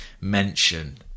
mention